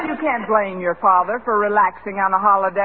you can't blame your father for relaxing on a holiday